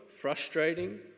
frustrating